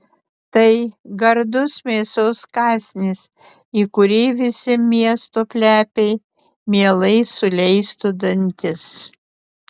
tai gardus mėsos kąsnis į kurį visi miesto plepiai mielai suleistų dantis